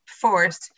force